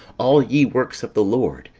all ye works of the lord,